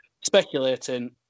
speculating